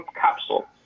capsule